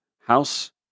House